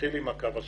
נתחיל עם הקו השחור.